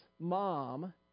mom